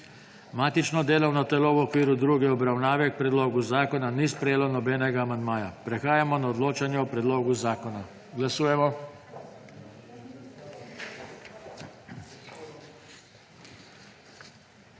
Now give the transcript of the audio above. Matično delovno telo v okviru druge obravnave predloga zakona ni sprejelo nobenega amandmaja. Prehajamo na odločanje o predlogu zakona. Glasujemo.